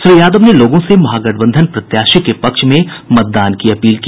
श्री यादव ने लोगों से महागठबंधन प्रत्याशी के पक्ष में मतदान की अपील की